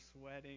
sweating